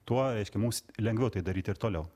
tuo reiškia mums lengviau tai daryti ir toliau